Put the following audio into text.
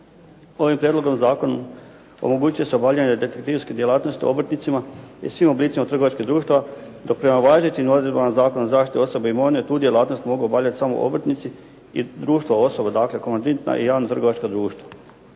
Ovim prijedlogom zakona omogućuje se obavljanje detektivske djelatnosti obrtnicima i svim oblicima trgovačkih društava da prema važećim odredbama Zakona o zaštiti osobne imovine tu djelatnost mogu obavljati samo obrtnici i društva osoba, dakle komanditna i javna trgovačka društva.